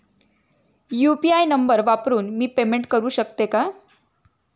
UPI number वापरून मी payment करू शकते का?